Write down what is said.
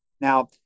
Now